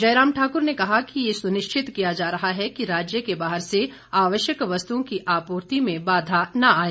जयराम ठाकुर ने कहा कि ये सुनिश्चित किया जा रहा है कि राज्य के बाहर से आवश्यक वस्तुओं की आपूर्ति में बाधा न आए